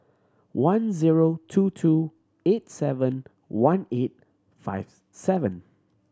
one zero two two eight seven one eight five seven